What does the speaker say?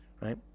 Right